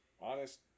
honest